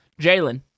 Jalen